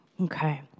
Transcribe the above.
Okay